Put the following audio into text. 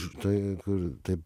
štai kur tai